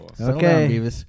Okay